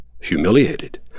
Humiliated